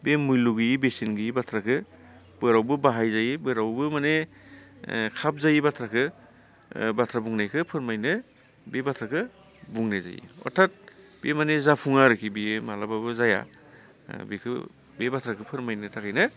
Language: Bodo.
बे मुल्य' गैयि बेसेन गैयि बाथ्राखौ जेरावबो बाहायजायि जेरावबो माने खाबजायि बाथ्राखौ बाथ्रा बुंनायखौ फोरमायनो बे बाथ्राखौ बुंनाय जायो अर्थात बे माने जाफुङा आरोकि बेयो माने माब्लाबाबो जाया बेखौ बे बाथ्राखौ फोरमायनो थाखायनो